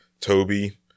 Toby